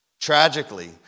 Tragically